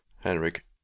Henrik